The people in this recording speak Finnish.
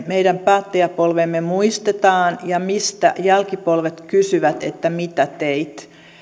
meidän päättäjäsukupolvemme muistetaan ja mistä jälkipolvet kysyvät että mitä teit